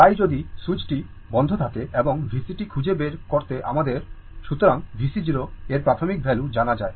তাই যদি সুইচটি বন্ধ থাকে এবং VCt খুঁজে বের করতে আমাদের সময় দেখুন 0114 সুতরাং VC 0 এর প্রাথমিক ভ্যালু জানা যায়